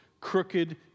crooked